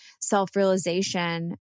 self-realization